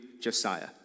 Josiah